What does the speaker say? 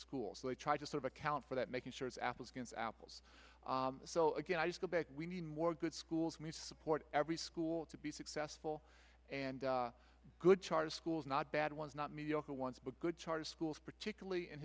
schools so they try to sort of account for that making sure it's applicants apples so again i just go back we need more good schools we support every school to be successful and good charter schools not bad ones not mediocre ones but good charter schools particularly